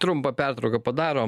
trumpą pertrauką padarom